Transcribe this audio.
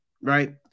Right